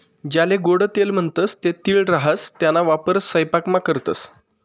ज्याले गोडं तेल म्हणतंस ते तीळ राहास त्याना वापर सयपाकामा करतंस